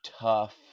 tough